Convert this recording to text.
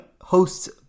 hosts